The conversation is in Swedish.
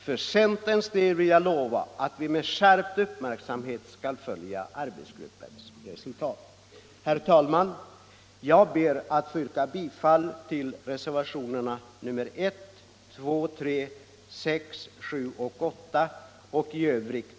För centerns del vill jag lova att vi med skärpt uppmärksamhet skall följa arbetsgruppens resultat.